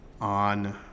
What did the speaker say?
on